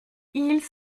ils